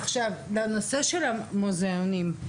עכשיו לנושא של המוזיאונים,